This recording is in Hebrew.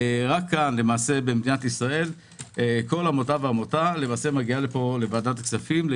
רק במדינת ישראל כל עמותה מגיעה לאישור הכנסת בוועדת כספים.